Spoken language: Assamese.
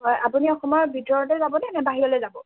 হয় আপুনি অসমৰ ভিতৰতে যাব নে বাহিৰলৈ যাব